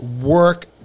work